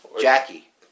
Jackie